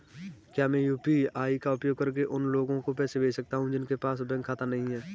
क्या मैं यू.पी.आई का उपयोग करके उन लोगों को पैसे भेज सकता हूँ जिनके पास बैंक खाता नहीं है?